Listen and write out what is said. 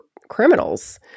criminals